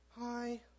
hi